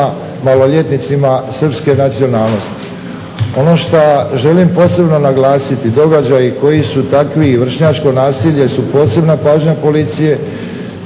maloljetnicima srpske nacionalnosti. Ono što želim posebno naglasiti događaji koji su takvi vršnjačko nasilje su posebna pažnja policije